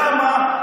למה?